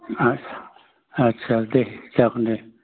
आस्सा दे जागोन दे